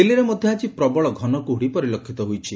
ଦିଲ୍ଲୀରେ ମଧ୍ୟ ଆଜି ପ୍ରବଳ ଘନକୁହୁଡ଼ି ପରିଲକ୍ଷିତ ହୋଇଛି